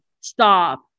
Stop